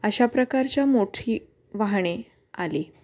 अशा प्रकारच्या मोठी वाहने आली